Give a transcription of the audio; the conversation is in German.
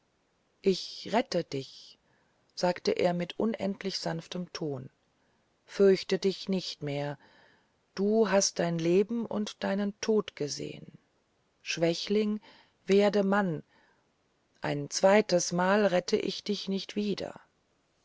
ich rette dich sagte er mit unendlich sanftem ton fürchte dich nicht mehr du hast dein leben und deinen tod gesehen schwächling werde mann ein zweites mal rette ich dich nicht wieder